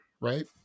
Right